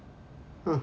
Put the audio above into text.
uh